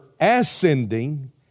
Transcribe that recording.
ascending